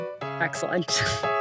Excellent